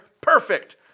Perfect